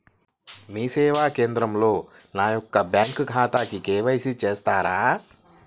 మీ సేవా కేంద్రంలో నా యొక్క బ్యాంకు ఖాతాకి కే.వై.సి చేస్తారా?